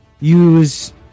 use